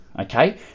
okay